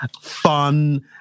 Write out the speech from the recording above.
fun